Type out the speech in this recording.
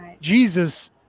Jesus